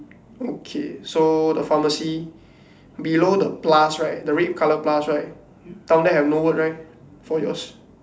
okay so the pharmacy below the plus right the red colour plus right down there have no word right for yours